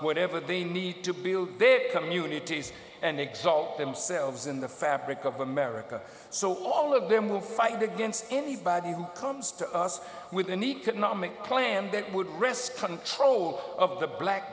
whatever they need to build their communities and exult themselves in the fabric of america so all of them will fight against anybody who comes to us with an economic plan that would risk control of the black